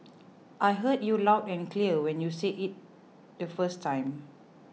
I heard you loud and clear when you said it the first time